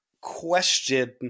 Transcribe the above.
question